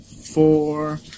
four